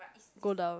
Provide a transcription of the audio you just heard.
go down